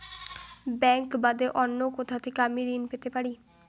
Bank বাদে অন্য কোথা থেকে আমি ঋন পেতে পারি?